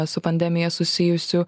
su pandemija susijusių